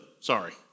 Sorry